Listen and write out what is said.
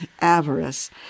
Avarice